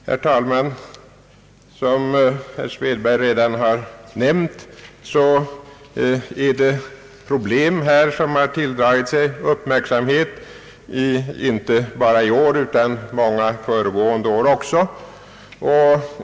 Herr talman! Som herr Svedberg redan har nämnt föreligger här problem som tilldragit sig uppmärksamhet inte bara i år, utan också många föregående år.